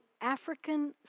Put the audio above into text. African